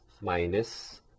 minus